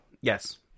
Yes